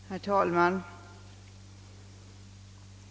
Herr talman!